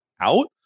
out